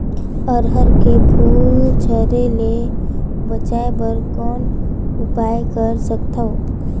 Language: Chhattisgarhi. अरहर के फूल झरे ले बचाय बर कौन उपाय कर सकथव?